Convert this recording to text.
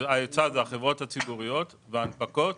שההיצע הן החברות הציבוריות וההנפקות.